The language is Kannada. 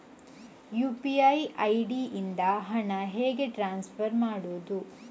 ಯು.ಪಿ.ಐ ಐ.ಡಿ ಇಂದ ಹಣ ಹೇಗೆ ಟ್ರಾನ್ಸ್ಫರ್ ಮಾಡುದು?